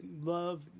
love